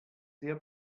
sehr